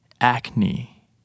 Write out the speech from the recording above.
acne